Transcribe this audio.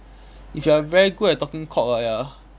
if you are very good at talking cock ah ya